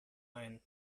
ein